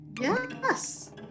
Yes